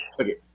Okay